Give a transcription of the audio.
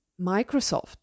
Microsoft